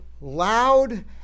loud